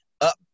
up